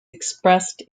expressed